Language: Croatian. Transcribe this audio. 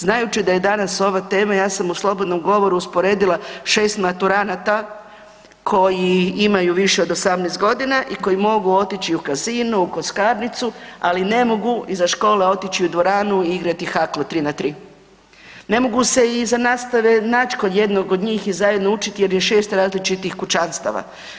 Znajući da je danas ova tema ja sam u slobodnom govoru usporedila 6 maturanata koji imaju više od 18 godina i koji mogu otići u casino u kockarnicu, ali ne mogu iza škole otići u dvoranu i igrati hakl 3 na 3, ne mogu se iza nastave naći kod jednog od njih i zajedno učiti jer je 6 različitih kućanstava.